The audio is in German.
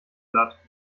blatt